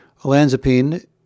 Olanzapine